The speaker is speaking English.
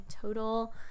total